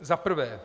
Za prvé.